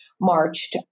marched